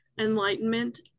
enlightenment